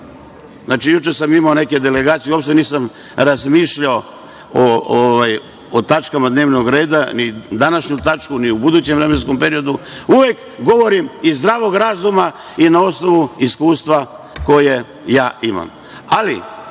sednice. Juče sam imao neke delegacije i uopšte nisam razmišljao o tačkama dnevnog reda, ni o današnjoj tački, ni o budućem vremenskom periodu, uvek govorim iz zdravog razuma i na osnovu iskustva koje ja imam,